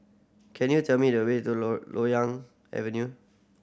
can you tell me the way to Loyang Avenue